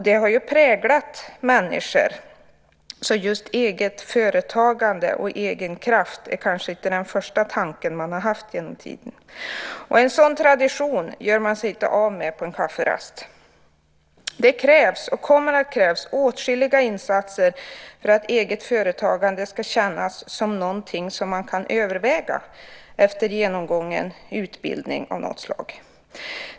Detta har präglat människor, så just eget företagande och egen kraft är inte den första tanke man har haft genom tiderna. En sådan tradition gör man sig inte av med på en kafferast. Det krävs och kommer att krävas åtskilliga insatser för att eget företagande ska kännas som någonting som man kan överväga efter genomgången utbildning av något slag.